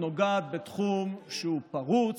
הצעת החוק הזאת נוגעת בתחום שהוא פרוץ.